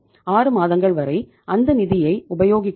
ஆறு மாதங்கள் வரை அந்த நிதியை உபயோகிக்கலாம்